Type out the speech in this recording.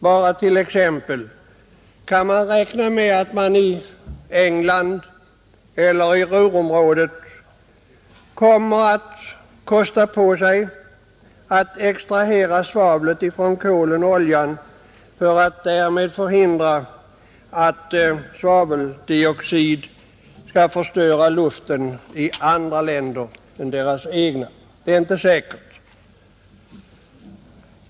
Kan vi t.ex. räkna med att man i England eller Ruhrområdet kommer att kosta på sig att extrahera svavlet från kol och olja för att därmed förhindra att svaveldioxid skall förstöra luften i andra länder? Det är inte säkert.